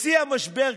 בשיא המשבר,